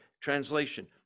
Translation